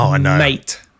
mate